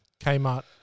Kmart